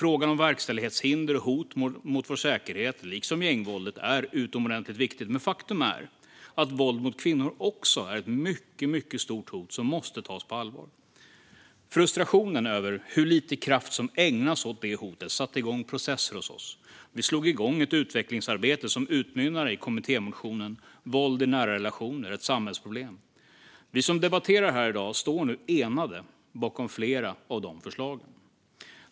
Frågorna om verkställighetshinder och hot mot vår säkerhet, liksom gängvåldet, är utomordentligt viktiga. Men faktum är att våld mot kvinnor också är ett mycket stort hot som måste tas på allvar. Frustrationen över hur lite kraft som ägnas åt det hotet satte igång processer hos oss. Vi satte igång ett utvecklingsarbete som utmynnade i kommittémotionen Våld i nära relation - ett samhällsproblem . Vi som debatterar här i dag står nu enade bakom flera av förslagen.